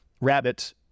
rabbit